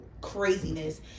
craziness